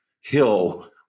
hill